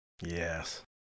yes